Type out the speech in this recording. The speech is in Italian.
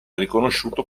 riconosciuto